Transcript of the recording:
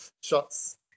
shots